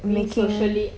making